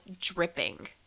dripping